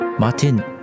Martin